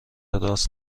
راست